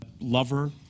lover